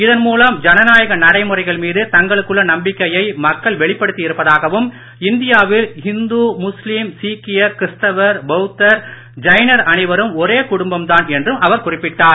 இதன் முலம் ஜனநாயக நடைமுறைகள் மீது தங்களுக்குள்ள வெளிப்படுத்தி இருப்பதாகவும் இந்தியாவில் நம்பிக்கையை மக்கள் இந்துமுஸ்லீம் சீக்கியர் கிறிஸ்தவர் பௌத்தர் ஜைனர் அனைவரும் ஒரே குடும்பம் தான் என்றும் அவர் குறிப்பிட்டார்